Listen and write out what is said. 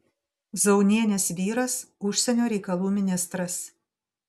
zaunienės vyras užsienio reikalų ministras